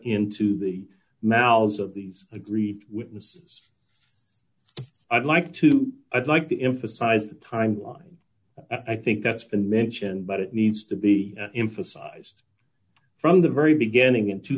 into the mouths of these aggrieved women's i'd like to i'd like to emphasize the timeline i think that's been mentioned but it needs to be emphasized from the very beginning in two